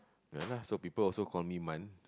ya lah so people also call me Man